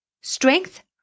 Strength